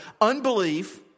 unbelief